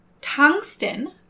Tungsten